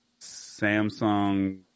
Samsung